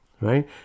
Right